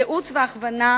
ייעוץ והכוונה,